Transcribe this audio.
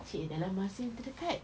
seh dalam masa yang terdekat